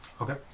Okay